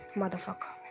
motherfucker